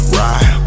ride